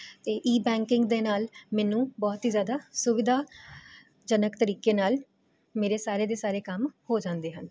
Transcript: ਅਤੇ e banking ਦੇ ਨਾਲ ਮੈਨੂੰ ਬਹੁਤ ਹੀ ਜ਼ਿਆਦਾ ਸੁਵਿਧਾ ਜਨਕ ਤਰੀਕੇ ਨਾਲ ਮੇਰੇ ਸਾਰੇ ਦੇ ਸਾਰੇ ਕੰਮ ਹੋ ਜਾਂਦੇ ਹਨ